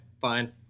Fine